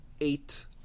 eight